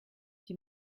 die